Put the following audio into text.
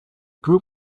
group